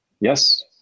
Yes